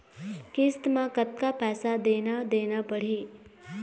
किस्त म कतका पैसा देना देना पड़ही?